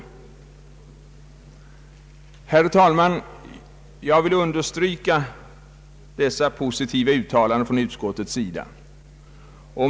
Jag vill, herr talman, understryka dessa positiva uttalanden från utskottets sida.